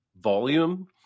volume